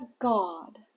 God